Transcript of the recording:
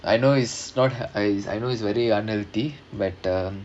I know it's not i~ is I know it's very unhealthy but um